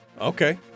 Okay